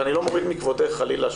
ואני לא מוריד מכבודך חלילה,